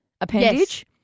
appendage